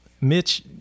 Mitch